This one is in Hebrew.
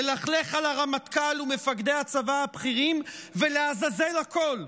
ללכלך על הרמטכ"ל ועל מפקדי הצבא הבכירים ולעזאזל הכול,